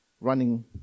running